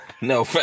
No